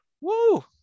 Woo